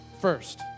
first